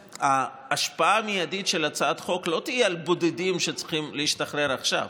ההשפעה המיידית של הצעת החוק לא תהיה על בודדים שצריכים להשתחרר עכשיו,